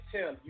Tim